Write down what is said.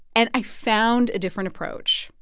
and i found a different approach.